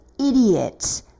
idiot